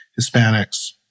Hispanics